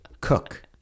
Cook